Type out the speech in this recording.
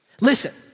listen